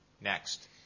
Next